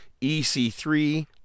EC3